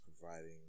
providing